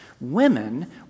women